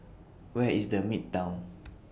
Where IS The Midtown